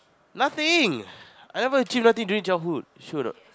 nothing I never achieve nothing during childhood sure anot